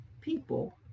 people